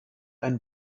ein